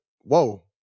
whoa